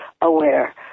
aware